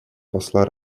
посла